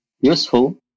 useful